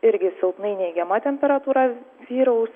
irgi silpnai neigiama temperatūra vyraus